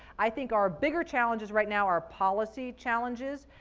i think our bigger challenges right now are policy challenges,